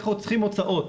איך חוסכים הוצאות.